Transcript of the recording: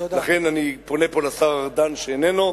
לכן אני פונה פה לשר ארדן שאיננו,